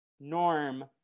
Norm